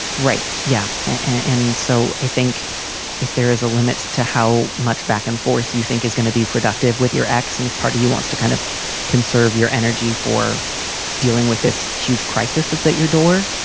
right? yeah. and so i think if there is a limit to how much back and forth you think is going to be productive with your ex and if party wants to kind of conserve your energy for dealing with this huge crisis that's at your door.